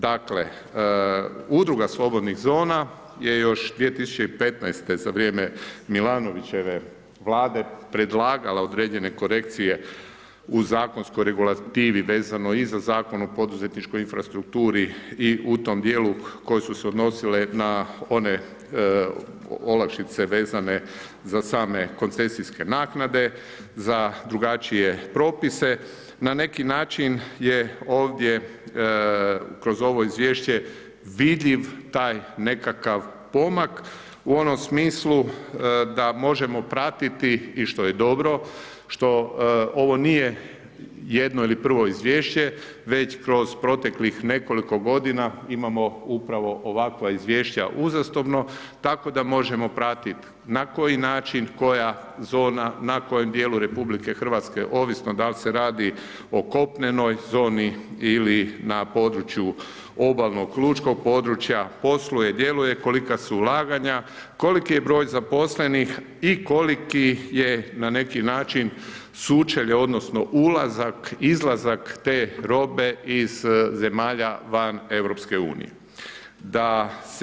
Dakle, Udruga slobodnih zona je još 2015.-te za vrijeme Milanovićeve Vlade predlagala određene korekcije u zakonskoj regulativi vezano i za Zakon o poduzetničkoj infrastrukturi, i u tom dijelu koje su se odnosile na one olakšice vezane za same koncesijske naknade, za drugačije propise, na neki način je ovdje kroz ovo Izvješće vidljiv taj nekakav pomak u onom smislu da možemo pratiti i što je dobro, što ovo nije jedno ili prvo Izvješće, već kroz proteklih nekoliko godina imamo upravo ovakva Izvješća uzastopno, tako da možemo pratit na koji način, koja zona, na kojem dijelu Republike Hrvatske, ovisno dal' se radi o kopnenoj zoni ili na području obalnog lučkog područja posluje, djeluje, kolika su ulaganja, koliki je broj zaposlenih i koliki je na neki način sučelje odnosno ulazak, izlazak te robe iz zemalja van Europske unije.